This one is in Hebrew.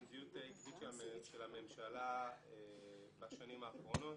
מדיניות עקבית של הממשלה בשנים האחרונות.